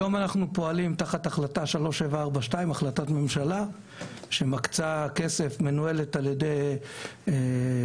היום אנחנו פועלים תחת החלטה 3742 שמקצה כסף ומנוהלת על ידי אגף